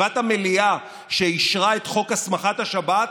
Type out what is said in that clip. בישיבת המליאה שאישרה את חוק הסמכת השב"כ,